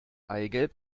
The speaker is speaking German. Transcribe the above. eigelb